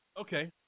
Okay